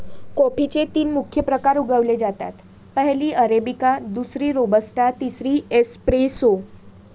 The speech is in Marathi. कॉफीचे तीन मुख्य प्रकार उगवले जातात, पहिली अरेबिका, दुसरी रोबस्टा, तिसरी एस्प्रेसो